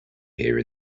here